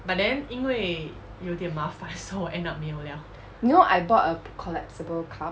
you know I bought a collapsible cup